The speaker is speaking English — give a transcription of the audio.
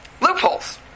Loopholes